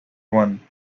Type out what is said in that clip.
one